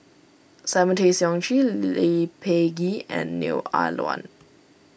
Simon Tay Seong Chee Lee Peh Gee and Neo Ah Luan